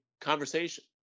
conversation